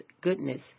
goodness